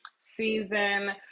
season